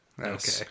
Okay